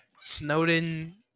Snowden